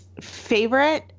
favorite